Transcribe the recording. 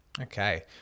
Okay